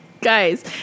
Guys